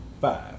five